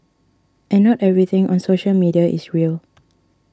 and not everything on social media is real